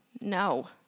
no